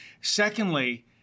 Secondly